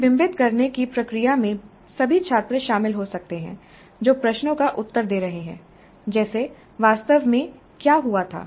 प्रतिबिंबित करने की प्रक्रिया में सभी छात्र शामिल हो सकते हैं जो प्रश्नों का उत्तर दे रहे हैं जैसे वास्तव में क्या हुआ था